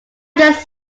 just